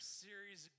series